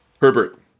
Herbert